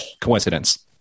coincidence